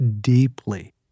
deeply